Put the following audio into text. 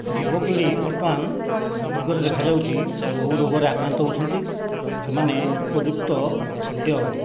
ଯୁବପିଢ଼ି ବର୍ତ୍ତମାନ ଯୁଗରେ ଦେଖାଯାଉଛି ବହୁ ରୋଗରେ ଆକ୍ରାନ୍ତ ହେଉଛନ୍ତି ସେମାନେ ଉପଯୁକ୍ତ ଖାଦ୍ୟ